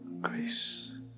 Grace